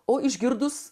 o išgirdus